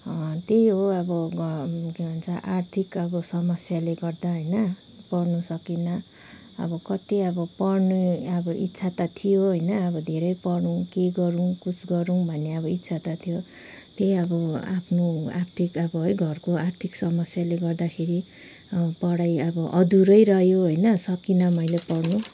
त्यही हो अब घर के भन्छ आर्थिक समस्याले गर्दा होइन पढ्नु सकिनँ अब कति अब पढ्नु त अब इच्छा त थियो होइन धेरै पढौँ कै गरौँ कुछ गरौँ भन्ने अब इच्छा त थियो त्यही अब आफ्नो आफ्नो आर्थिक अब है घरको आर्थिक समस्याले गर्दाखेरि पढाइ अब अधुरै रह्यो होइन सकिनँ मैले पढ्नु